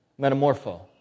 Metamorpho